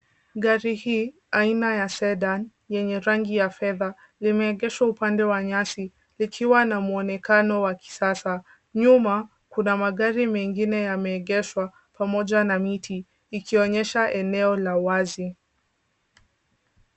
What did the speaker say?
Gari hii aina ya sedan yenye rangi ya fedha imeegeshwa upande wa nyasi ikiwa na mwonekano wa kisasa. Nyuma kuna magari mengine yameegeshwa pamoja na miti ikionyesha eneo la wazi.